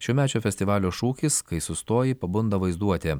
šiųmečio festivalio šūkis kai sustoji pabunda vaizduotė